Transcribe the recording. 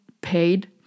paid